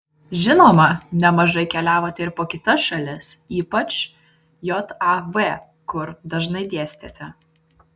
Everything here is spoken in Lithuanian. žinoma nemažai keliavote ir po kitas šalis ypač jav kur dažnai dėstėte